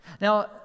Now